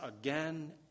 again